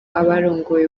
abarongoye